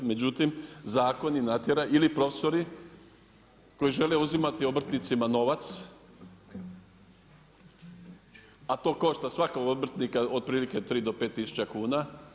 Međutim zakon ih natjera, ili profesori koji žele uzimati obrtnicima novac a to košta svakog obrtnika otprilike 3 do 5 tisuća kuna.